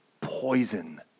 poison